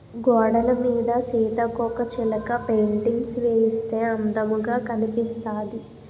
గోడలమీద సీతాకోకచిలక పెయింటింగ్స్ వేయిస్తే అందముగా కనిపిస్తాది